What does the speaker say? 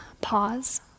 pause